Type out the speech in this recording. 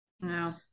no